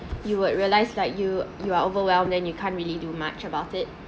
you would realize like you you are overwhelmed then you can't really do much about it